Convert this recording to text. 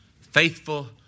Faithful